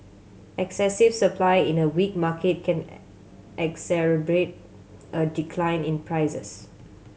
excessive supply in a weak market can exacerbate a decline in prices